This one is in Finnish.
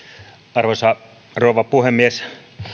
arvoisa rouva puhemies